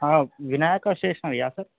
వినాయక స్టేషనరీయా సార్